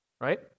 Right